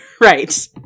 Right